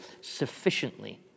sufficiently